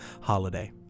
holiday